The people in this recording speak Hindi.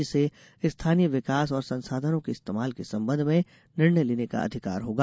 जिसे स्थानीय विकास और संसाधनों के इस्तेमाल के संबंध में निर्णय लेने का अधिकार होगा